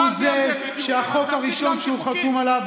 זה החוק הראשון שהוא חתום עליו,